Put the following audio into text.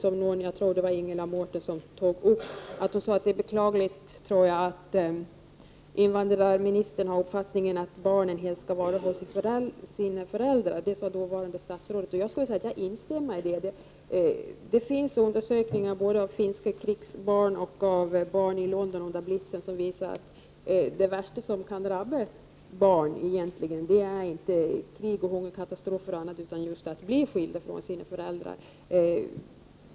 Jag tror att det var Ingela Mårtensson som sade att det är beklagligt att invandrarministern har den uppfattningen att barnen helst skall vistas hos sina föräldrar. Jag instämmer med invandrarministern. Det finns undersökningar om finska krigsbarn och om barn i London under blitzen, som visar att det värsta som egentligen kan drabba barn är inte krig, hungerkatastrofer och annat utan just att bli skilda från sina föräldrar.